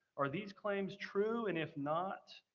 are these claims true and if not,